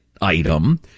item